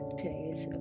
today's